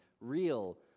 real